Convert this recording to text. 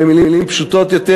במילים פשוטות יותר,